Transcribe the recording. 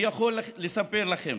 אני יכול לספר לכם